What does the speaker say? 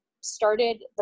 started